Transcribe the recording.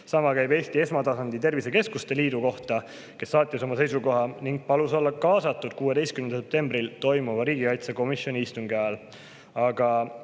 Sama käib Eesti Esmatasandi Tervisekeskuste Liidu kohta, kes saatis oma seisukoha ning palve olla kaasatud 16. septembril toimuva riigikaitsekomisjoni istungi ajal.